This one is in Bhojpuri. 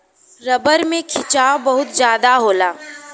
रबर में खिंचाव बहुत जादा होला